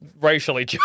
racially